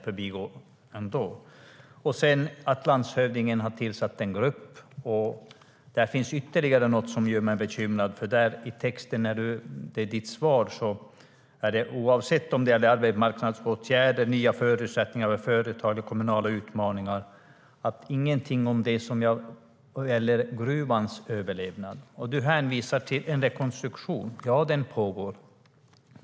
Vidare säger ministern att landshövdingen har tillsatt en grupp. Ministern hänvisar till rekonstruktionen. Ja, den pågår.